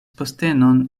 postenon